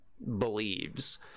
believes